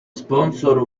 sponsor